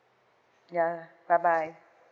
ya bye bye